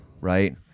Right